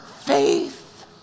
faith